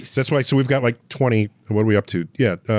that's why so we've got like twenty, what are we up to? yeah.